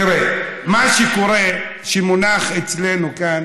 תראו, מה שקורה זה שמונח אצלנו כאן